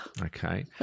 Okay